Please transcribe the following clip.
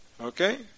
Okay